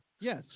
Yes